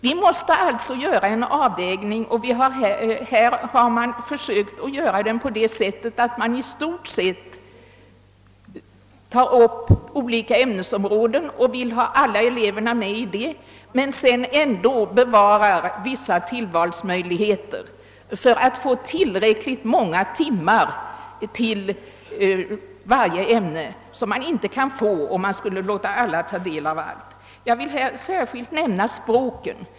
Vi måste alltså göra en avvägning, och här har man försökt göra den på det sättet att man i stort sett tagit upp olika ämnesområden, som alla elever skall läsa, men ändå kunnat bevara vissa tillvalsmöjligheter. Detta har skett för ati man skall få tillräckligt många timmar till varje ämne, något som inte blir möjligt om man låter alla läsa alla ämnen. Jag vill särskilt nämna språken.